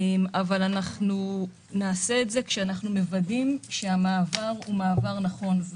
אבל אנחנו נעשה את זה כשאנחנו מוודאים שהמעבר נכון.